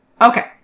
Okay